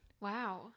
Wow